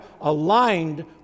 aligned